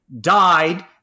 died